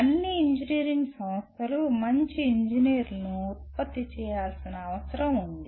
అన్ని ఇంజనీరింగ్ సంస్థలు మంచి ఇంజనీర్లను ఉత్పత్తి చేయాల్సిన అవసరం ఉంది